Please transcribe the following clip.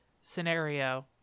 scenario